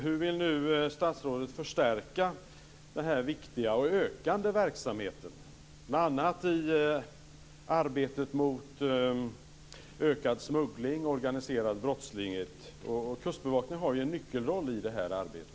Hur vill statsrådet nu förstärka den här viktiga och ökande verksamheten, bl.a. i arbetet mot ökad smuggling och organiserad brottslighet? Kustbevakningen har ju en nyckelroll i det här arbetet.